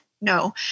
No